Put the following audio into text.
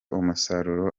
umusaruro